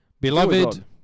Beloved